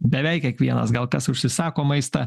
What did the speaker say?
beveik kiekvienas gal kas užsisako maistą